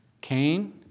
Cain